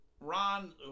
Ron